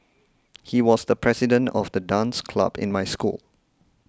he was the president of the dance club in my school